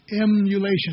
Emulation